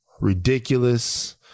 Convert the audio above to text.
ridiculous